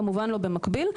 כמובן לא במקביל.